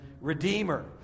redeemer